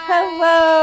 Hello